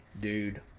dude